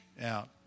out